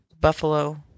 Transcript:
Buffalo